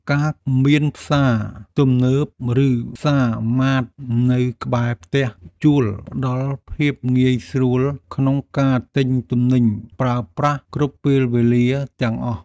ការមានផ្សារទំនើបឬផ្សារម៉ាតនៅក្បែរផ្ទះជួលផ្តល់ភាពងាយស្រួលក្នុងការទិញទំនិញប្រើប្រាស់គ្រប់ពេលវេលាទាំងអស់។